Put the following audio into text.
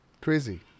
crazy